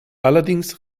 allerdings